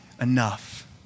enough